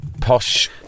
posh